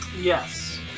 Yes